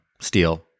steel